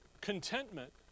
contentment